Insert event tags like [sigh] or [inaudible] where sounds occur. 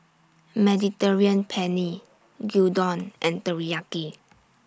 Mediterranean Penne Gyudon [noise] and Teriyaki